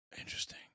Interesting